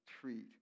treat